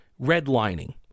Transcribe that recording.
redlining